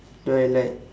do I like